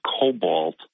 cobalt